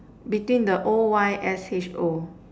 between the O_Y_S_H_O